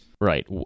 Right